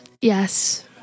Yes